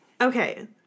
Okay